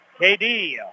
KD